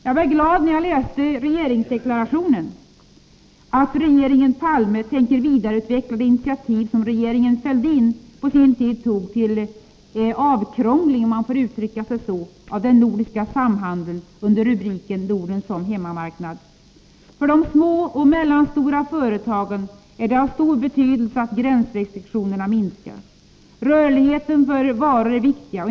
Jag blev glad när jag läste regeringsdeklarationen, eftersom det står att regeringen Palme tänker vidareutveckla det initiativ som regeringen Fälldin på sin tid tog till ”avkrångling” av den nordiska samhandeln under rubriken Norden som hemmamarknad. För de små och medelstora företagen är det av stor vikt att gränsrestriktionerna minskar. Rörligheten för varor är viktig.